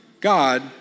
God